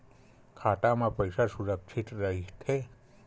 खाता मा पईसा सुरक्षित राइथे?